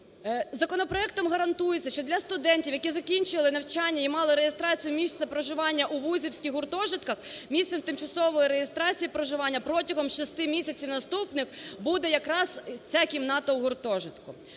Законопроектом гарантується, що для студентів, які закінчили навчання і мали реєстрацію місця проживання у вузівських гуртожитках, місцем тимчасової реєстрації проживання протягом 6 місяців наступних буде якраз ця кімната у гуртожитку.